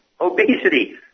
Obesity